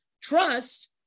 trust